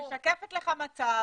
היא משקפת לך מצב